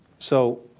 so,